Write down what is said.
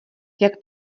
jak